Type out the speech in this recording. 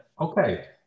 Okay